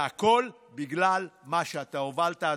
והכול בגלל מה שאתה הובלת,